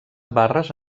barres